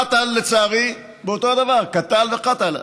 קטל, לצערי, אותו הדבר, קטל וקטלה.